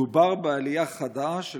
מדובר בעלייה חדה של